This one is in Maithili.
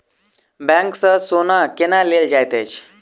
बैंक सँ सोना केना लेल जाइत अछि